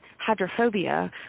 hydrophobia